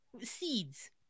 Seeds